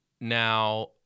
Now